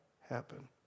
happen